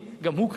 גם הוא קיים.